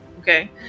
okay